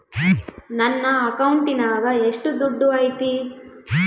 ನನ್ನ ಅಕೌಂಟಿನಾಗ ಎಷ್ಟು ದುಡ್ಡು ಐತಿ?